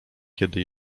kiedy